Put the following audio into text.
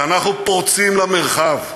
שאנחנו פורצים למרחב.